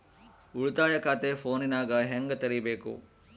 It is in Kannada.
ಉಳಿತಾಯ ಖಾತೆ ಫೋನಿನಾಗ ಹೆಂಗ ತೆರಿಬೇಕು?